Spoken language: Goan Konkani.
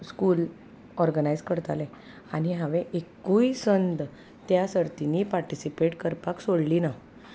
स्कूल ऑर्गनायज करताले आनी हांवें एकूय संद त्या सर्तीनी पार्टिसिपेट करपाक सोडली ना